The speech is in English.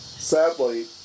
Sadly